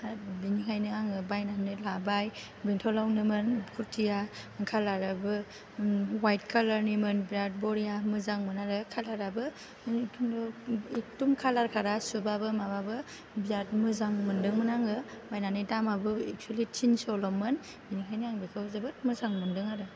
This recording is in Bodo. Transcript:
बिनिखायनो आङो बायनानै लाबाय बेंथ'लावनोमोन खुरथिया खालाराबो हवाइट खालारनिमोन बिराद बरिया मोजांमोन आरो खालाराबो खिन्थु एखदम खालार खारा सुबाबो माबाबो बिराद मोजां मोन्दोंमोन आङो बायनानै दामाबो इकसुलि थिनस'लमोन बेनिखायनो आं बेखौ जोबोद मोजां मोन्दों आरो